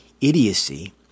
idiocy